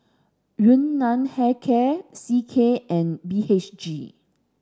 Yun Nam Hair Care C K and B H G